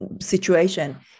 situation